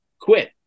quit